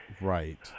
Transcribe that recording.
right